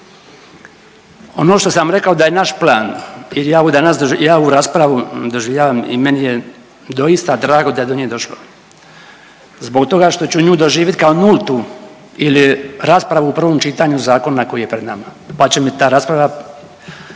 Ono što sam rekao da je naš plan i ja ovu raspravu doživljavam i meni je doista drago da je do nje došlo zbog toga što ću nju doživit kao nultu ili raspravu u prvom čitanju zakona koji je pred nama pa će me ta rasprava